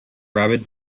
rabid